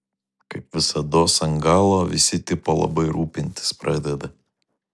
kaip visados ant galo visi tipo labai rūpintis pradeda